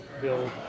build